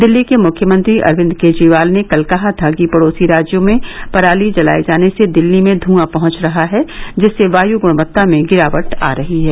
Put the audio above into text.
दिल्ली के मुख्यमंत्री अरविन्द केजरीवाल ने कल कहा था कि पड़ोसी राज्यों में पराली जलाए जाने से दिल्ली में धुंआ पहुंच रहा है जिससे वायु गुणवत्ता में गिरावट आ रही है